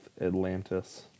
Atlantis